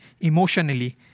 emotionally